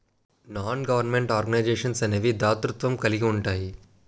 non government organisations అనేవి దాతృత్వం కలిగి ఉంటాయి